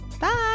Bye